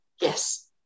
yes